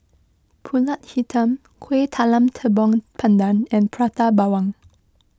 Pulut Hitam Kueh Talam Tepong Pandan and Prata Bawang